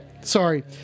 sorry